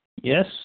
Yes